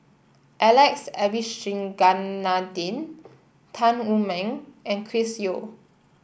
Alex Abisheganaden Tan Wu Meng and Chris Yeo